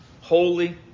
holy